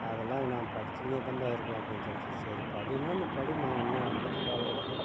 அதெல்லாம் நான் படித்திக்கின்னேதாம்பா இருப்பேன் அப்படினு சொல்லுச்சு சரி படின்னால் நீ படிம்மா ஒன்றும் அதை பற்றி கவலை கெடையாது அப்படின்னு